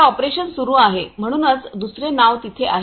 हे ऑपरेशन सुरु आहेम्हणूनच दुसरे नाव तिथे आहे